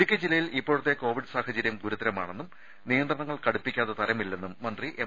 ഇടുക്കി ജില്ലയിൽ ഇപ്പോഴത്തെ കോവിഡ് സാഹചര്യം ഗുരുതരമാണെന്നും നിയന്ത്രണങ്ങൾ കടുപ്പിക്കാതെ തരമില്ലെന്നും മന്ത്രി എം